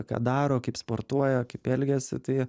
ką daro kaip sportuoja kaip elgiasi tai